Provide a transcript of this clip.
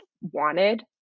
wanted